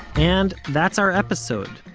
and that's our episode.